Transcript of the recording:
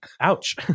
Ouch